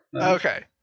Okay